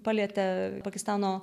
palietė pakistano